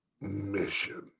mission